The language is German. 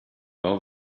bau